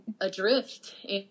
adrift